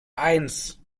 eins